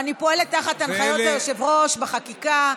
אני פועלת תחת הנחיות היושב-ראש בחקיקה.